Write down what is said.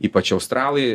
ypač australai